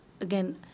again